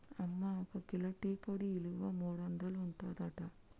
అమ్మ ఒక kilo tea పొడి ఇలువ మూడొందలు ఉంటదట